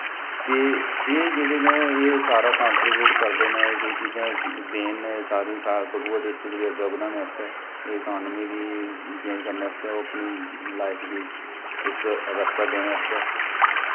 ते एह् जेह्ड़े न एह् सारा कन्ट्रीव्यूट करदे न केईं चीजां देन ने एह् सारी सा कठुआ डिस्टिक गी अग्गें बधाने आस्तै एह् इकानमी दी चेंज करने आस्तै ओह् अपनी लाइफ गी इक रस्ता देने आस्तै